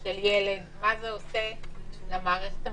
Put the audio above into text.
של ילד, מה זה עושה למערכת המשפחתית,